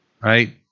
right